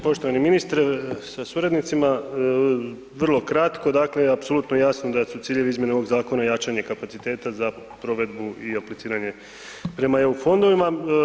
Poštovani ministre sa suradnicima, vrlo kratko, dakle apsolutno jasno da su ciljevi izmjene ovog zakona jačanje kapaciteta za provedbu i apliciranje prema EU fondovima.